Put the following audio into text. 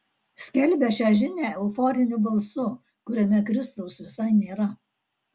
skelbia šią žinią euforiniu balsu kuriame kristaus visai nėra